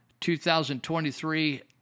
2023